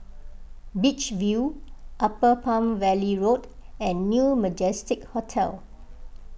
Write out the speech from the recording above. Beach View Upper Palm Valley Road and New Majestic Hotel